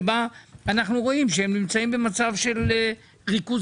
שבה אנחנו רואים שהם נמצאים במצב של ריכוזיות.